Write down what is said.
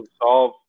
solve